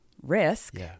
risk